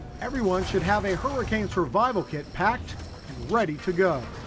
everyone should have a hurricane survival kit packed and ready to go.